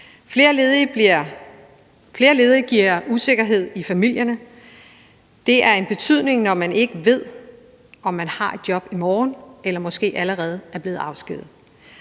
Flere ledige giver usikkerhed i familierne. Det har en betydning, når man ikke ved, om man har et job i morgen eller måske allerede er blevet afskediget.